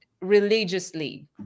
religiously